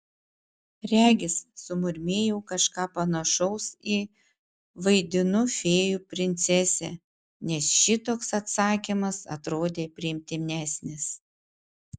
regis sumurmėjau kažką panašaus į vaidinu fėjų princesę nes šitoks atsakymas atrodė priimtinesnis